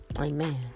Amen